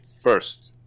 first